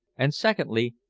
and, secondly,